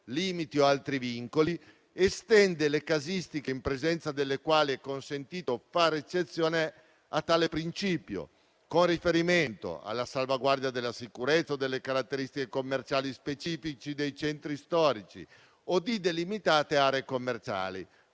o altri vincoli, estende le casistiche in presenza delle quali è consentito fare eccezione a tale principio, con riferimento alla salvaguardia della sicurezza o delle caratteristiche commerciali specifiche dei centri storici o di delimitate aree commerciali.